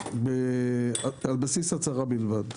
על בסיס הצהרה בלבד.